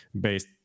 based